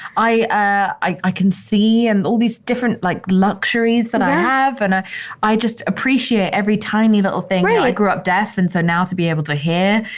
i, i i can see and all these different like luxuries that i have and ah i just appreciate every tiny little thing right i grew up deaf and so now to be able to hear.